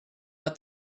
but